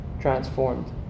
transformed